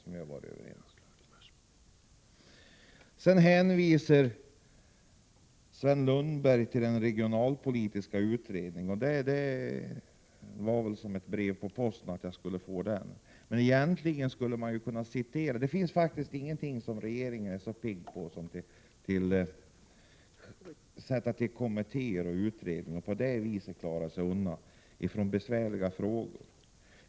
Sven Lundberg hänvisar till den regionalpolitiska utredningen, och den kom som ett brev på posten. Det finns ingenting som regeringen är så pigg på som att sätta till kommittéer och utredningar och på det viset klara sig undan besvärliga frågor.